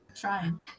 Trying